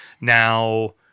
now